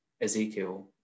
Ezekiel